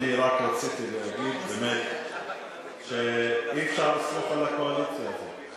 אני רק רציתי להגיד באמת שאי-אפשר לסמוך על הקואליציה הזאת.